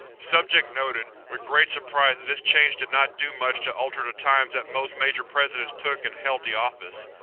subject noted, with great surprise, that this change did not do much to alter the times that most major presidents took and held the office.